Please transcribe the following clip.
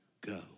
go